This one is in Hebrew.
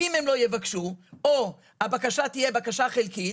אם הם לא יבקשו או הבקשה תהיה בקשה חלקית,